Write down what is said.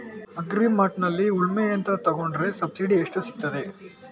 Agri ಮಾರ್ಟ್ನಲ್ಲಿ ಉಳ್ಮೆ ಯಂತ್ರ ತೆಕೊಂಡ್ರೆ ಸಬ್ಸಿಡಿ ಎಷ್ಟು ಸಿಕ್ತಾದೆ?